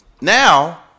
now –